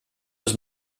was